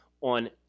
on